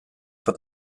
for